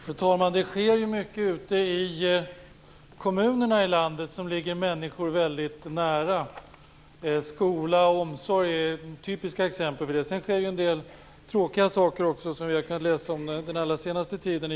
Fru talman! Det sker mycket ute i kommunerna i landet som ligger människor väldigt nära. Skola och omsorg är typiska exempel på det. Det sker också en del tråkiga saker i kommunal verksamhet, som vi har kunnat läsa om den allra senaste tiden.